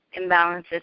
imbalances